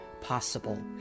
possible